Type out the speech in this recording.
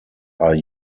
are